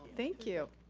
thank you.